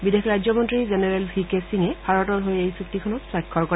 বিদেশ ৰাজ্যমন্ত্ৰী General V K সিঙে ভাৰতৰ হৈ এই চুক্তিখনত স্বাক্ষৰ কৰে